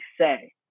say